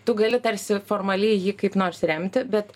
tu gali tarsi formaliai jį kaip nors remti bet